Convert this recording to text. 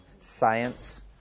science